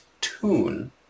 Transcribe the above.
tune